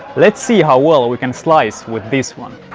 let's see how well we can slice with this one.